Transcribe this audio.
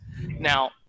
Now